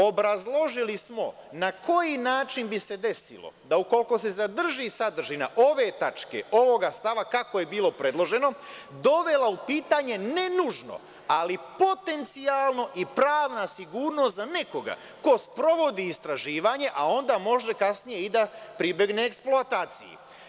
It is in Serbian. Obrazložili smo na koji način bi se desilo, da ukoliko se zadrži sadržina ove tačke, ovog stava, kako je bilo predloženo dovelo u pitanje ne nužno, ali potencijalno i pravna sigurnost za nekoga ko sprovodi istraživanje, a onda možemo kasnije da pribegne eksploataciji.